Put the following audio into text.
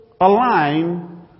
align